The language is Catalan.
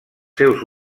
seus